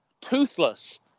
toothless